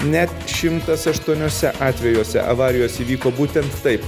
net šimtas aštuoniuose atvejuose avarijos įvyko būtent taip